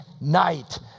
night